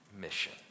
mission